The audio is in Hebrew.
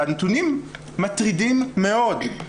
והנתונים מטרידים מאוד.